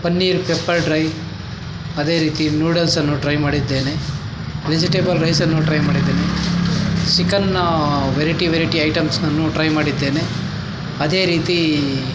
paneer pepper dry ಅದೇ ರೀತಿ ನೂಡಲ್ಸನ್ನು ಟ್ರೈ ಮಾಡಿದ್ದೇನೆ ವೆಜಿಟೇಬಲ್ ರೈಸನ್ನು ಟ್ರೈ ಮಾಡಿದ್ದೇನೆ ಚಿಕನ್ ವೆರೈಟಿ ವೆರೈಟಿ ಐಟೆಮ್ಸನ್ನು ಟ್ರೈ ಮಾಡಿದ್ದೇನೆ ಅದೇ ರೀತಿ